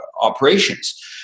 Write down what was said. operations